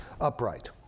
upright